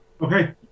okay